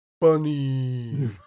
Bunny